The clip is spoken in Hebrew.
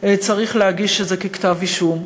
צריך להגיש את זה ככתב-אישום.